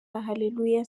hallelujah